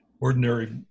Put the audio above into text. ordinary